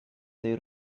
their